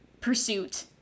pursuit